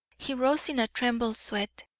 he rose in a trembling sweat,